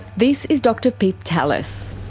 this is dr pip tallis.